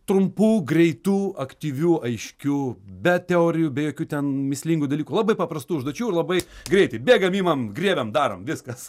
trumpų greitų aktyvių aiškių be teorijų be jokių ten mįslingų dalykų labai paprastų užduočių ir labai greitai bėgam imam griebiam darom viskas